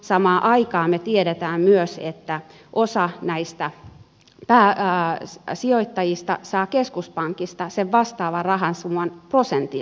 samaan aikaan me tiedämme myös että osa näistä sijoittajista saa keskuspankista sen vastaavan rahasumman prosentin korolla